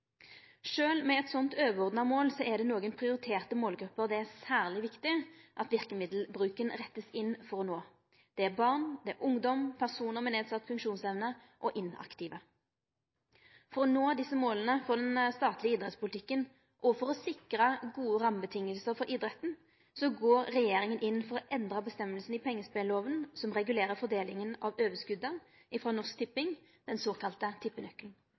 med eit slikt overordna mål er det nokre prioriterte målgrupper kor det er særleg viktig å rette verkemiddelbruken inn for å nå. Det er barn, ungdom, personar med nedsett funksjonsevne og inaktive. For å nå desse måla for den statlege idrettspolitikken og for å sikre gode rammevilkår for idretten går regjeringa inn for å endre bestemmingane i pengespelloven som regulerer fordelinga av overskotet frå Norsk Tipping, den